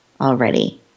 already